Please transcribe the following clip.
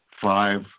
five